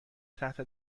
تحت